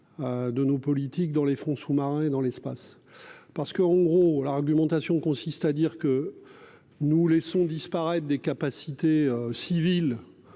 De nos politiques dans les fonds sous-marins et dans l'espace, parce qu'on gros à l'argumentation consiste à dire que. Nous laissons disparaître des capacités civiles.